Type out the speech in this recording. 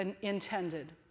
intended